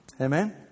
Amen